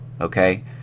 okay